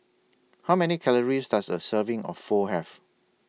How Many Calories Does A Serving of Pho Have